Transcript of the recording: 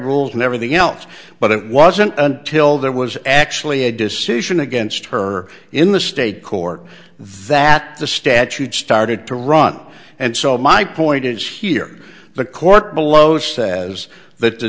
rules and everything else but it wasn't until there was actually a decision against her in the state court that the statute started to run and so my point is here the court below says that the